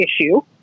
issue